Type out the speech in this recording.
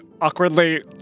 Awkwardly